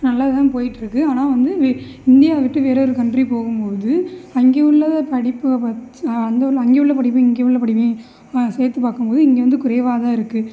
நல்லா தான் போயிட்டுருக்கு ஆனால் வந்து இந்தியாவை விட்டு வேற ஒரு கன்ட்ரி போகும் போது அங்கே உள்ள படிப்பை வெச்சால் அந்த உள்ள அங்கே உள்ள படிப்பையும் இங்கே உள்ள படிப்பையும் சேர்த்து பார்க்கும் போது இங்கே வந்து குறைவாக இருக்கு